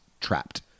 trapped